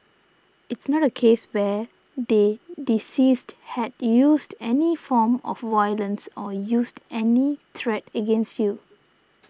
it's not a case where the deceased had used any form of violence or used any threat against you